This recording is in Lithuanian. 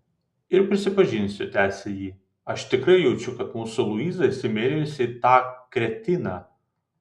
ir prisipažinsiu tęsė ji aš tikrai jaučiu kad mūsų luiza įsimylėjusi tą kretiną